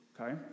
okay